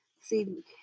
see